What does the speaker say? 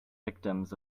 victims